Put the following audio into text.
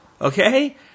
Okay